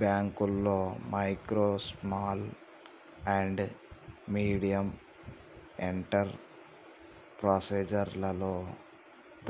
బాంకుల్లో micro small and medium enterprises లలో